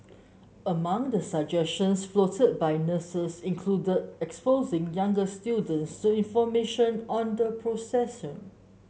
among the suggestions floated by nurses included exposing younger students to information on the procession